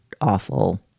awful